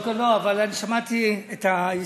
שמעת את התקציר.